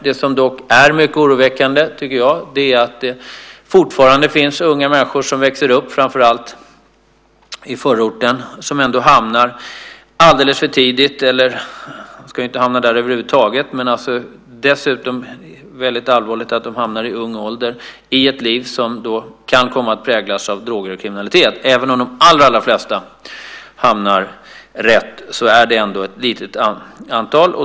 Det som dock är oroväckande är att det fortfarande finns unga människor som växer upp, framför allt i förorten, som hamnar alldeles för tidigt - de ska inte hamna där över huvud taget - i ung ålder i ett liv som kan komma att präglas av droger och kriminalitet. Även om de allra flesta hamnar rätt finns det ändå ett litet antal.